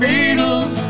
Beatles